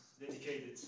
Dedicated